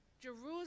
Jerusalem